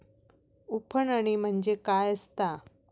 उफणणी म्हणजे काय असतां?